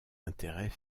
intérêts